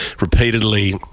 repeatedly